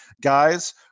Guys